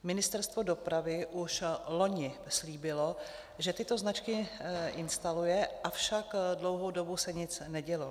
Ministerstvo dopravy už loni slíbilo, že tyto značky instaluje, avšak dlouhou dobu se nic nedělo.